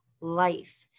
life